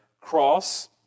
cross